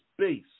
space